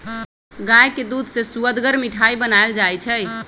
गाय के दूध से सुअदगर मिठाइ बनाएल जाइ छइ